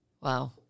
Wow